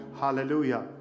hallelujah